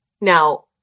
Now